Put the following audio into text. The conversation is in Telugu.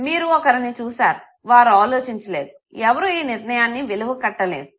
మీరు ఒకరిని చూసారు వారు ఆలోచించలేదు ఎవరు ఈ నిర్ణయాన్ని విలువకట్టలేదు